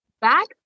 Back